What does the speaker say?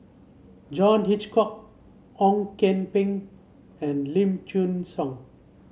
John Hitchcock Ong Kian Peng and Lim Chin Siong